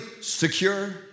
secure